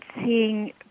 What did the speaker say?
seeing